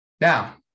Now